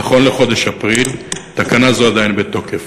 נכון לחודש אפריל, תקנה זאת עדיין בתוקף.